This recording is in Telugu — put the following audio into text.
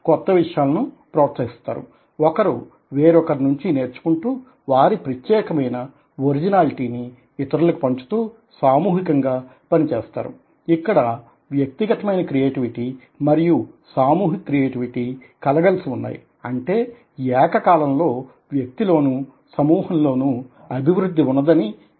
కొత్త విషయాలను ప్రోత్సహిస్తారు ఒకరు వేరొకరి నుంచి నేర్చుకుంటూ వారి ప్రత్యేకమైన ఒరిజినాలిటీ ని ఇతరులకు పంచుతూ సామూహికంగా పనిచేస్తారు ఇక్కడ వ్యక్తిగతమైన క్రియేటివిటీ మరియు సామూహిక క్రియేటివిటీ కలగలిసి ఉన్నాయి అంటే ఏకకాలంలో వ్యక్తిలోనూ సమూహం లోనూ అభివృద్ధి ఉన్నదని చెప్పగలం